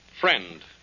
Friend